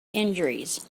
injuries